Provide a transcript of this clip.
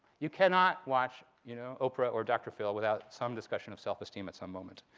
you cannot watch you know oprah or dr. phil without some discussion of self-esteem at some moment.